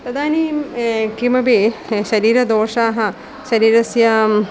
तदानीं किमपि शरीरदोषाः शरीरस्य